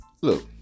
Look